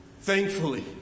thankfully